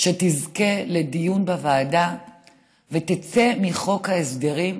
שתזכה לדיון בוועדה ותצא מחוק ההסדרים?